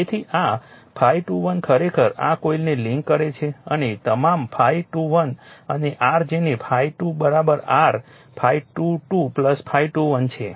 તેથી આ ∅21 ખરેખર આ કોઇલને લિંક કરે છે અને તમામ ∅21 અને r જેને ∅2 r ∅22 ∅21 છે